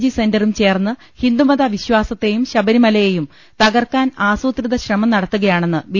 G സെന്ററും ചേർന്ന് ഹിന്ദുമത വിശ്വാസത്തെയും ശബരിമലയെയും തകർക്കാൻ ആസൂ ത്രിത ശ്രമം നടത്തുകയാണെന്ന് ബി